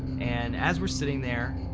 and as we're sitting there,